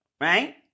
right